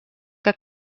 que